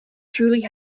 truly